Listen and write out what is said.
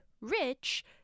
rich